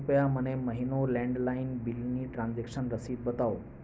કૃપયા મને મહિનો લેન્ડલાઈન બિલની ટ્રાન્ઝેક્શન રસીદ બતાવો